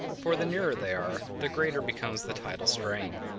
for the nearer they are the greater becomes the tidal strain.